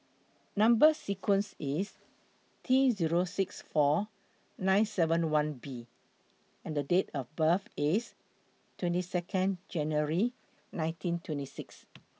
Number sequence IS T three Zero six four nine seven one B and Date of birth IS twenty Second January nineteen twentysix